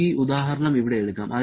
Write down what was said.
നമുക്ക് ഈ ഉദാഹരണം ഇവിടെ എടുക്കാം